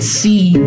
see